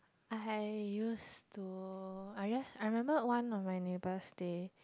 I used to I guess I remembered one of my neighbour stay